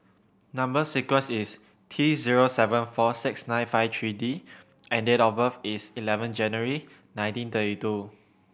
number sequence is T zero seven four six nine five three D and date of birth is eleven January nineteen thirty two